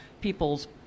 people's